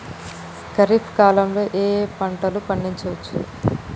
ఖరీఫ్ కాలంలో ఏ ఏ పంటలు పండించచ్చు?